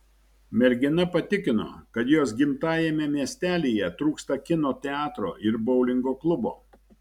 mergina patikino kad jos gimtajame miestelyje trūksta kino teatro ir boulingo klubo